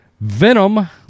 Venom